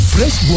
Fresh